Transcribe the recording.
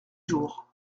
jours